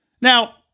Now